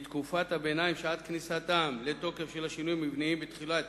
לתקופת הביניים שעד כניסתם לתוקף של השינויים המבניים בתחילת